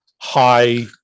high